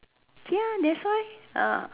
ya that's why ah